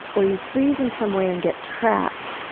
or you freeze in some way and get trapped,